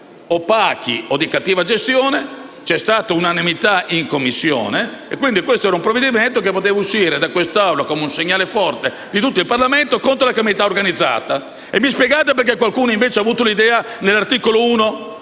circuiti opachi o di cattiva gestione, c'è stata unanimità in Commissione, quindi questo è un provvedimento che poteva uscire da quest'Aula come un segnale forte di tutto il Parlamento quattro la criminalità organizzata. Mi spiegate perché qualcuno, invece, ha avuto l'idea, nell'articolo 1,